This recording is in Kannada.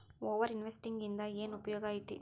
ಓವರ್ ಇನ್ವೆಸ್ಟಿಂಗ್ ಇಂದ ಏನ್ ಉಪಯೋಗ ಐತಿ